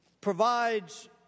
provides